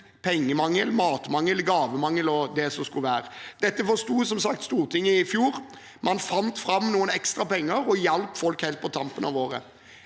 pengemangel, matmangel, gavemangel og det som måtte være. Dette forsto som sagt Stortinget i fjor. Man fant fram noen ekstra penger og hjalp folk helt på tampen av året.